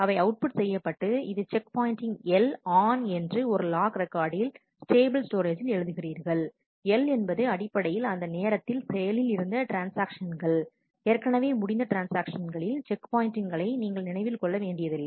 அவை அவுட்புட் செய்யப்பட்டு இது செக் பாயின்ட்டிங் L ஆன் என்று ஒரு லாக் ரெக்கார்டில் ஸ்டேபிள் ஸ்டோரேஜ்ஜில் எழுதுகிறீர்கள் L என்பது அடிப்படையில் அந்த நேரத்தில் செயலில் இருந்த ட்ரான்ஸ்ஆக்ஷன்கள் ஏற்கனவே முடித்த ட்ரான்ஸ்ஆக்ஷன்களில் செக் பாயின்ட்டிங்களை நீங்கள் நினைவில் கொள்ள வேண்டியதில்லை